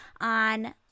on